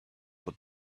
but